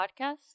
podcast